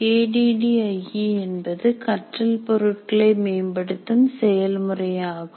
A D D I E என்பது கற்றல் பொருட்களை மேம்படுத்தும் செயல்முறையாகும்